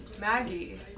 Maggie